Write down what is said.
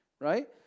right